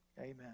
Amen